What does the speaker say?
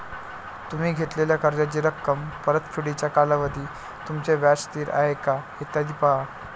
तुम्ही घेतलेल्या कर्जाची रक्कम, परतफेडीचा कालावधी, तुमचे व्याज स्थिर आहे का, इत्यादी पहा